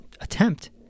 attempt